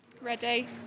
Ready